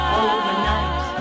overnight